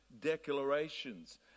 declarations